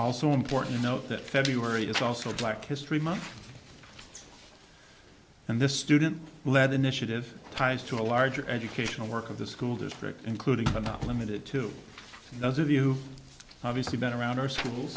also important to note that february is also black history month and this student led initiative ties to a larger educational work of the school district including but not limited to those of you obviously been around our schools